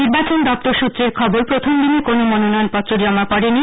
নির্বাচন দপ্তর সূত্রের খবর প্রথম দিনে কোন মনোনয়নপত্র জমা পড়েনি